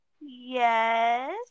yes